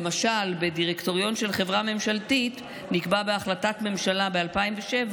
למשל בדירקטוריון של חברה ממשלתית נקבע בהחלטת ממשלה ב-2007